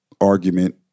argument